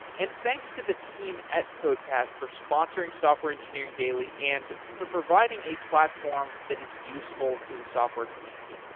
and thanks to the team at codepath for sponsoring software engineering daily and for providing a platform that is useful to the software community